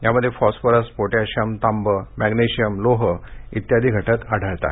यामध्ये phosphorus potassium तांबं magnesium लोह इत्यादी घटक आढळतात